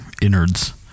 innards